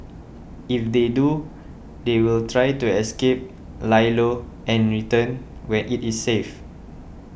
if they do they will try to escape lie low and return when it is safe